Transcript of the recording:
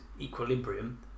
equilibrium